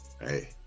Hey